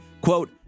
quote